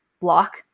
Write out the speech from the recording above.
block